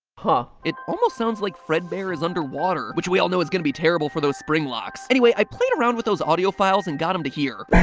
huh it almost sounds like fredbear is underwater. which we all know is gonna be terrible for those springlocks anyway, i played around with those audio files and got them to here